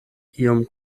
iom